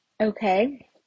okay